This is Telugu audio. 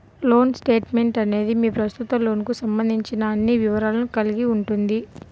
లోన్ స్టేట్మెంట్ అనేది మీ ప్రస్తుత లోన్కు సంబంధించిన అన్ని వివరాలను కలిగి ఉంటుంది